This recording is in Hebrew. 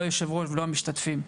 לא היו"ר ולא המשתתפים.